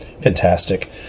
Fantastic